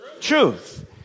truth